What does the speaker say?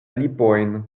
lipojn